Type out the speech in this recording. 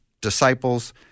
disciples